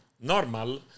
normal